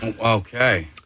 Okay